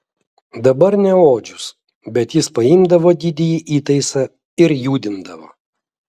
dabar ne odžius bet jis paimdavo didįjį įtaisą ir judindavo